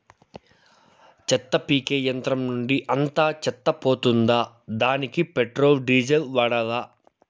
చెత్త పీకే యంత్రం నుండి అంతా చెత్త పోతుందా? దానికీ పెట్రోల్, డీజిల్ వాడాలా?